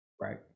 Right